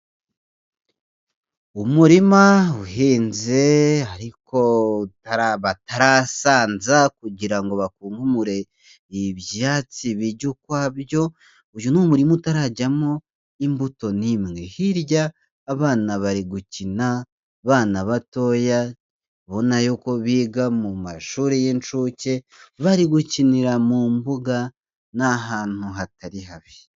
Umurima uhenze, ariko batarasanza kugira ngo bakunkumure ibyatsi bijye ukwabyo, uyu ni umurima utarajyamo imbuto n'imwe, hirya abana bari gukina, abana batoya ubona y'uko biga mu mashuri y'inshuke, bari gukinira mu mbuga, ni ahantu hatari habi.